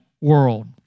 world